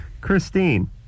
christine